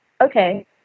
Okay